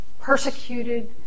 persecuted